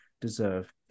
deserve